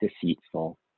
deceitful